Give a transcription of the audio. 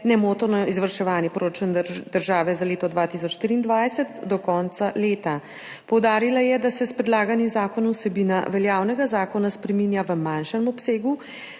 nemoteno izvrševanje proračuna države za leto 2023 do konca leta. Poudarila je, da se s predlaganim zakonom vsebina veljavnega zakona spreminja v manjšem obsegu.